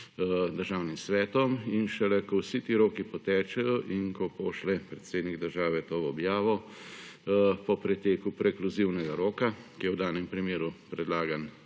državnim svetom. In šele, ko vsi ti roki potečejo in ko pošlje predsednik države to v objavo, po preteku prekluzivnega roka, ki je v danem primeru predlagan